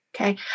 Okay